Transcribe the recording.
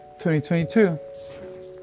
2022